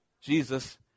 Jesus